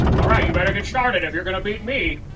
alright, you better get started if you're gonna beat me.